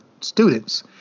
students